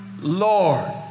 Lord